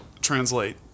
translate